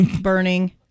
burning